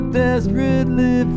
desperately